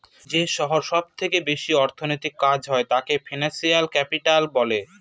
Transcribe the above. যে শহরে সব থেকে বেশি অর্থনৈতিক কাজ হয় তাকে ফিনান্সিয়াল ক্যাপিটাল বলে